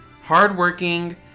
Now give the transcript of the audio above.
hardworking